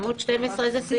עמוד 12 איזה סעיף?